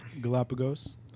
Galapagos